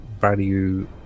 value